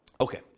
Okay